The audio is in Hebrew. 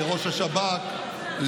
לראש השב"כ,